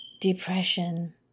depression